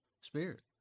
spirit